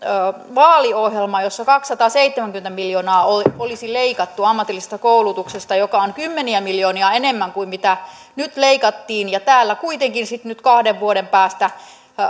vaaliohjelma jossa kaksisataaseitsemänkymmentä miljoonaa olisi leikattu ammatillisesta koulutuksesta joka on kymmeniä miljoonia enemmän kuin nyt leikattiin ja täällä kuitenkin sitten nyt kahden vuoden päästä